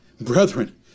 Brethren